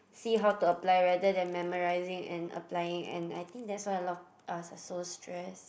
see how to apply rather than memorising and applying and I think that's why a lot of us are so stress